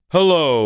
Hello